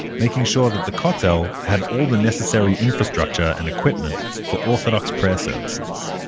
making sure that the kotel had all the necessary infrastructure and equipment for orthodox prayer services.